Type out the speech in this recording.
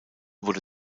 wurde